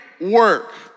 work